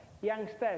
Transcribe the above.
youngsters